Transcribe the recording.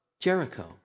Jericho